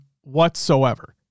whatsoever